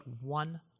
one